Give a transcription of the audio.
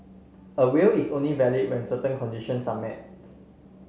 a will is only valid when certain conditions are met